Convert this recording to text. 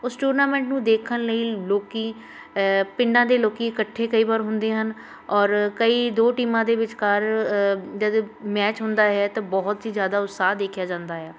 ਉਸ ਟੂਰਨਾਮੈਂਟ ਨੂੰ ਦੇਖਣ ਲਈ ਲੋਕ ਪਿੰਡਾਂ ਦੇ ਲੋਕ ਇਕੱਠੇ ਕਈ ਵਾਰ ਹੁੰਦੇ ਹਨ ਔਰ ਕਈ ਦੋ ਟੀਮਾਂ ਦੇ ਵਿਚਕਾਰ ਜਦੋਂ ਮੈਚ ਹੁੰਦਾ ਹੈ ਤਾਂ ਬਹੁਤ ਹੀ ਜ਼ਿਆਦਾ ਉਤਸ਼ਾਹ ਦੇਖਿਆ ਜਾਂਦਾ ਹੈ